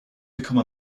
become